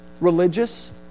religious